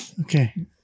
Okay